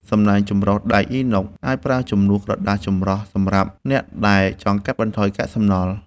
សំណាញ់ចម្រោះដែកអ៊ីណុក អាចប្រើជំនួសក្រដាសចម្រោះសម្រាប់អ្នកដែលចង់កាត់បន្ថយកាកសំណល់។